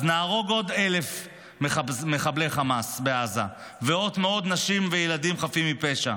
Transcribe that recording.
אז נהרוג עוד 1,000 מחבלי חמאס בעזה ועוד מאות נשים וילדים חפים מפשע,